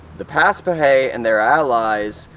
the paspahegh and their allies,